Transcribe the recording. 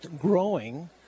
growing